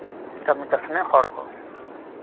ᱠᱟᱹᱢᱤ ᱠᱟᱹᱥᱱᱤ ᱦᱚᱲ ᱠᱚ